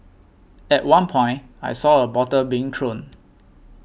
at one point I saw a bottle being thrown